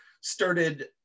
started